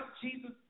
Jesus